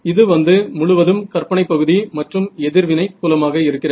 இது வந்து முழுவதும் கற்பனை பகுதி மற்றும் எதிர்வினை புலமாக இருக்கிறது